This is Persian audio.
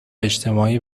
اجتماعی